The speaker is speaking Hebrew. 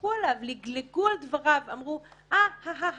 וצחקו עליו, לגלגלו על דבריו, ואמרו: אה, אה,